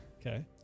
Okay